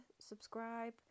subscribe